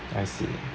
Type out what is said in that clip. I see